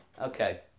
Okay